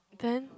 then